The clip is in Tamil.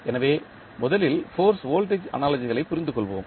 எனவே முதலில் ஃபோர்ஸ் வோல்டேஜ் அனாலஜிகளைப் புரிந்துகொள்வோம்